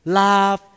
laugh